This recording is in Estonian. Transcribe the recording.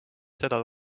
seda